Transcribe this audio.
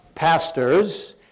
pastors